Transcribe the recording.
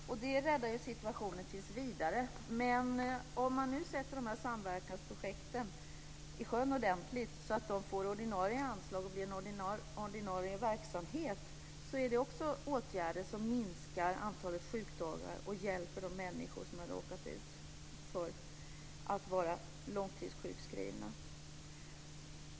Det räddar ju situationen tills vidare. Men att sätta de här samverkansprojekten i sjön ordentligt så att de får ordinarie anslag och blir en ordinarie verksamhet är också åtgärder som minskar antalet sjukdagar och hjälper de människor som är långtidssjukskrivna.